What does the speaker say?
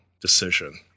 decision